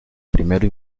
primero